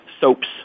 soaps